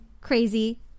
crazy